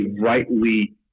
rightly